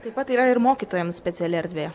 taip pat yra ir mokytojams speciali erdvė